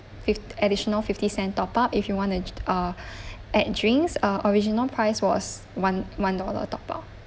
fif~ additional fifty cent top up if you want to uh add drinks uh original price was one one dollar top up